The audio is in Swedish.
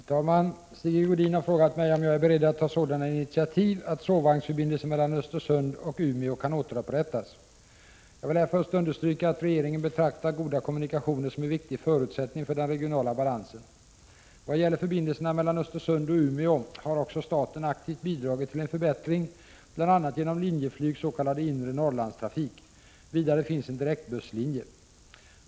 Herr talman! Sigge Godin har frågat mig om jag är beredd att ta sådana initiativ att sovvagnsförbindelsen mellan Östersund och Umeå kan återupprättas. Jag vill här först understryka att regeringen betraktar goda kommunikationer som en viktig förutsättning för den regionala balansen. Vad gäller förbindelserna mellan Östersund och Umeå har också staten aktivt bidragit till en förbättring bl.a. genom Linjeflygs s.k. inre Norrlandstrafik. Vidare finns en direktbusslinje.